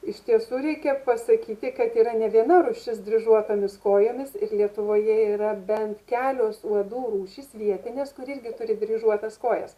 iš tiesų reikia pasakyti kad yra ne viena rūšis dryžuotomis kojomis ir lietuvoje yra bent kelios uodų rūšys vietinės kur irgi turi dryžuotas kojas